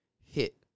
hit